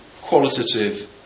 qualitative